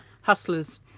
hustlers